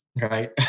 Right